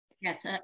Yes